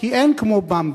כי אין כמו "במבה".